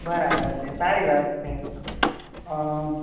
બરાબર છે સારી વાત છે અ